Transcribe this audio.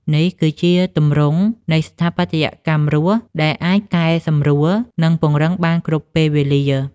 នេះគឺជាទម្រង់នៃ ស្ថាបត្យកម្មរស់ ដែលអាចកែសម្រួល និងពង្រឹងបានគ្រប់ពេលវេលា។